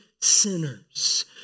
sinners